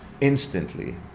instantly